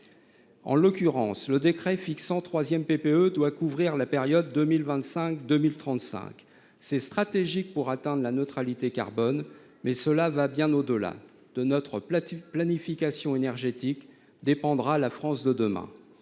En l’occurrence, le décret fixant la troisième PPE, qui doit couvrir la période 2025 2035, est stratégique pour atteindre la neutralité carbone, mais il va au delà. De notre planification énergétique dépend la France de demain.